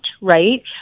right